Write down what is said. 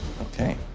Okay